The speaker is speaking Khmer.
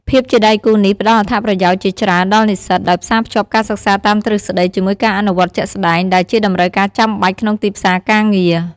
ភាពជាដៃគូនេះផ្ដល់អត្ថប្រយោជន៍ជាច្រើនដល់និស្សិត ដោយផ្សារភ្ជាប់ការសិក្សាតាមទ្រឹស្ដីជាមួយការអនុវត្តជាក់ស្ដែង ដែលជាតម្រូវការចាំបាច់ក្នុងទីផ្សារការងារ។